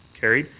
carried.